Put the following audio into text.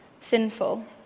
sinful